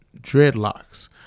dreadlocks